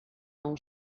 nou